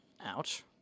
Ouch